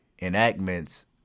enactments